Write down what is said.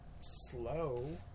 slow